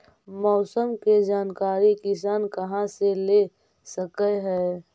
मौसम के जानकारी किसान कहा से ले सकै है?